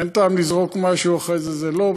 אין טעם לזרוק משהו ואחרי זה זה לא,